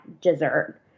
dessert